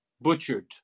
Butchered